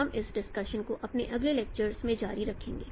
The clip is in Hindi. हम इस डिस्कशन को अपने अगले लेक्चर्स में जारी रखेंगे